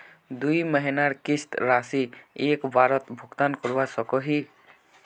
दुई महीनार किस्त राशि एक बारोत भुगतान करवा सकोहो ही?